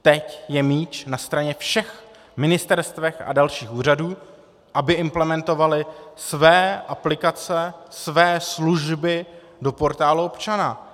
Teď je míč na straně všech ministerstev a dalších úřadů, aby implementovaly své aplikace, své služby do portálu občana.